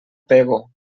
pego